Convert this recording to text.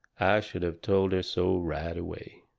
i should have told her so right away.